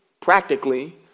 practically